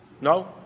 No